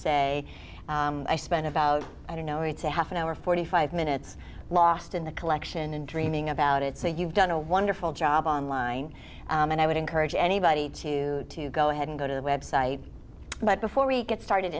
say i spent about i don't know it's a half an hour forty five minutes lost in the collection and dreaming about it so you've done a wonderful job online and i would encourage anybody to to go ahead and go to the website but before we get started